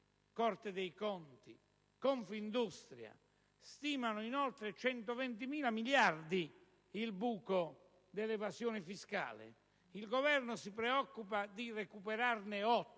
Corte dei conti e Confindustria stimano in oltre 120 miliardi di euro il buco dell'evasione fiscale, il Governo si preoccupa di recuperarne